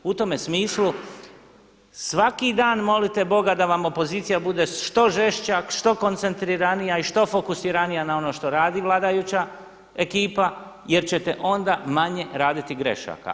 U tome smislu svaki dan molite Boga da vam opozicija bude što žešća, što koncentriranija i što fokusiranija na ono što radi vladajuća ekipa jer ćete onda manje raditi grešaka.